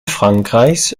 frankreichs